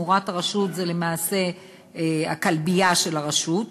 מאורת הרשות זו למעשה הכלבייה של הרשות,